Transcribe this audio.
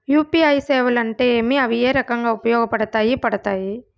UPI సేవలు అంటే ఏమి, అవి ఏ రకంగా ఉపయోగపడతాయి పడతాయి?